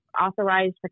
authorized